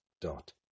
dot